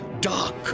dark